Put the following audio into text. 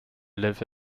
live